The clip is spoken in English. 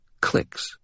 Clicks